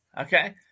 Okay